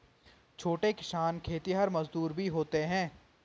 छोटे किसान खेतिहर मजदूर भी होते हैं